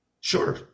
Sure